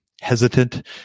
hesitant